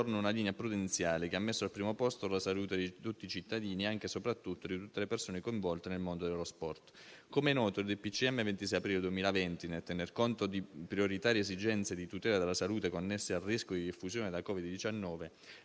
una linea prudenziale che ha messo al primo posto la salute di tutti i cittadini, anche e soprattutto di tutte le persone coinvolte nel mondo dello sport. Com'è noto, il decreto del Presidente del Consiglio dei ministri del 26 aprile 2020, nel tener conto di prioritarie esigenze di tutela della salute connesse al rischio di diffusione da Covid-19,